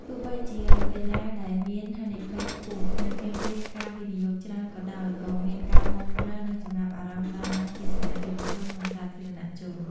ទោះបីជាជាកីឡាដែលមានហានិភ័យខ្ពស់ និងទាមទារការវិនិយោគច្រើនក៏ដោយ ក៏មានការគាំទ្រ និងចំណាប់អារម្មណ៍កើនឡើងពីសំណាក់យុវជន និងសាធារណជន។